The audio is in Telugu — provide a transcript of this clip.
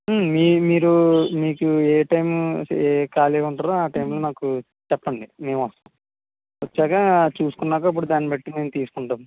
మీ మీరు మీకు ఏ టైం ఏ ఖాళీగా ఉంటారో ఆ టైంలో నాకు చెప్పండి మేము వస్తాం వచ్చాక చూస్కున్నాక అప్పుడు దాన్నిబట్టి మేం తీస్కుంటాం